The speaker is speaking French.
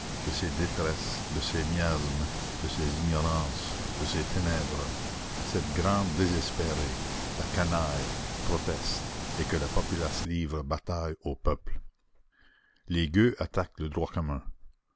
de ses détresses de ses miasmes de ses ignorances de ses ténèbres cette grande désespérée la canaille proteste et que la populace livre bataille au peuple les gueux attaquent le droit commun